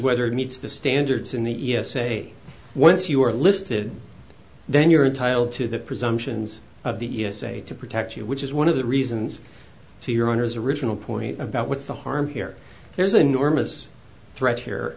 whether it meets the standards in the e s a once you are listed then you're entitled to that presumptions of the e s a to protect you which is one of the reasons to your honor's original point about what's the harm here there's an enormous threat here